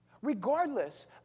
regardless